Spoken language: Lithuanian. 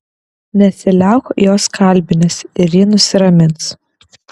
nesiliauk jos kalbinęs ir ji nusiramins